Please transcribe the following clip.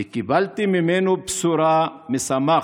וקיבלתי ממנו בשורה משמחת: